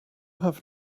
have